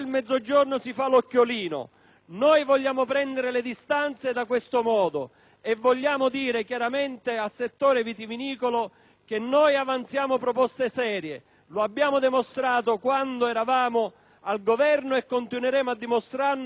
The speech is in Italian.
Vogliamo prendere le distanze da questo modo di fare e vogliamo dire chiaramente al settore vitivinicolo che noi avanziamo proposte serie. Lo abbiamo dimostrato quando eravamo al Governo e lo continueremo a dimostrare dall'opposizione,